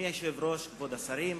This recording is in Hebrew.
אדוני היושב-ראש, כבוד השרים,